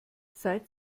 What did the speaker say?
seit